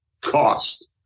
cost